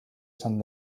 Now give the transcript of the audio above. saint